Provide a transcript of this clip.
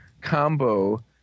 combo